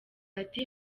ati